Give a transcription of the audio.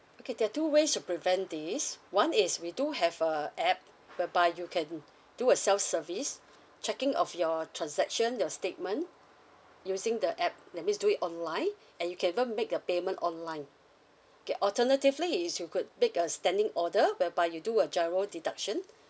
okay there are two ways to prevent this one is we do have a app whereby you can do a self service checking of your transaction your statement using the app that means do it online and you can even make the payment online K alternatively is you could make a standing order whereby you do a GIRO deduction